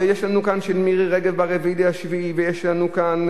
אבל יש לנו כאן של מירי רגב ב-4 ביולי ויש לנו כאן,